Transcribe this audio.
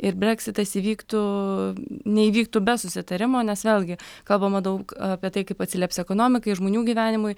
ir breksitas įvyktų neįvyktų be susitarimo nes vėlgi kalbama daug apie tai kaip atsilieps ekonomikai žmonių gyvenimui